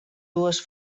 dues